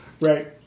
Right